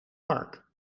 park